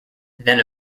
then